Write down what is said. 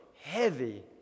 heavy